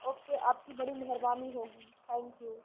okay آپ کی بڑی مہربانی ہوگی تھینک یو